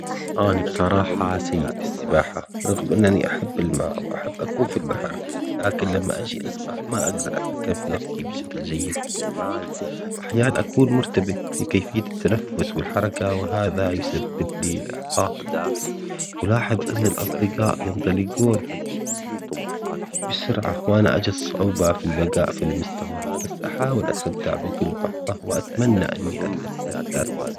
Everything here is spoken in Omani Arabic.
أني بصراحة سيء في السباحة رغم أنني أحب الماء وأحب أكون في البحر لكن لما آجي أسبح ما أقدر أتحكم في نفسي بشكل جيد، أحيان أكون مرتبك في كيفية التنفس والحركة وهذا يسبب لي احباط، ألاحظ إنه الأصدقاء ينطلقون بسرعة وأنا أجد صعوبة في البقاء في المستوى، بس أحاول أستمتع بكل لحظة أتمني إني أتحسن ذات يوم.